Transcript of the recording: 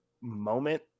moment